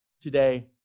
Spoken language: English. today